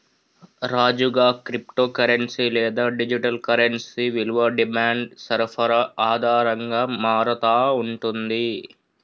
రాజుగా, crypto currency లేదా digital currency విలువ డిమాండ్ సరఫరా ఆధారంగా మారతా ఉంటుంది